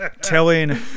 telling